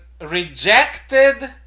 rejected